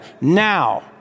Now